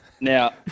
Now